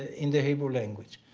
in the hebrew language.